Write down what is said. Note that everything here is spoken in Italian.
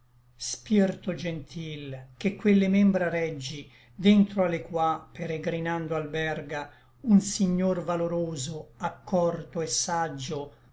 spirto gentil che quelle membra reggi dentro le qua peregrinando alberga un signor valoroso accorto et saggio